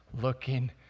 looking